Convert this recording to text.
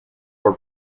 por